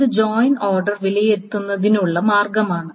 ഇത് join order വിലയിരുത്തുന്നതിനുള്ള മാർഗമാണ്